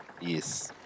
Yes